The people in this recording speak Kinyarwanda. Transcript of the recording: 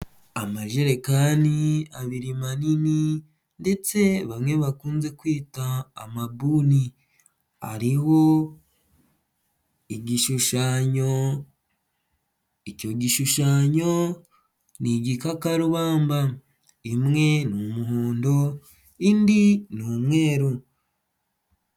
Amajerekani abiri manini ndetse bamwe bakunze kwita amabuni, hariho igishushanyo, icyo gishushanyo ni igikakarubamba, imwe ni umuhondo, indi ni umweru.